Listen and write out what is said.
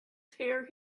tear